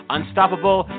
Unstoppable